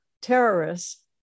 terrorists